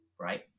right